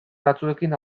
batzuekin